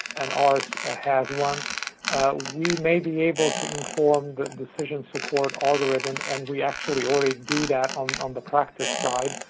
and ours had one we may be able to inform the decision-support algorithm, and we actually already do that on on the practice side,